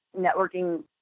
networking